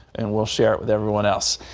and we'll share it with everyone else.